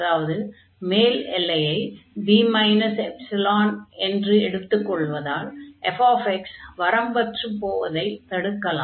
அதாவது மேல் எல்லையை b ε என்று எடுத்துக் கொள்வதால் fx வரம்பற்று போவதைத் தடுக்கலாம்